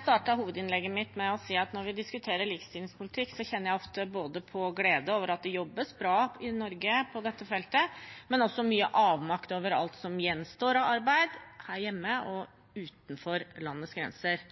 startet hovedinnlegget mitt med å si at når vi diskuterer likestillingspolitikk, kjenner jeg ofte på glede over at det jobbes bra i Norge på dette feltet, men også på mye avmakt over alt som gjenstår av arbeid, både her hjemme og utenfor landets grenser.